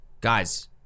Guys